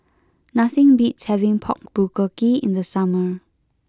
nothing beats having Pork Bulgogi in the summer